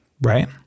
Right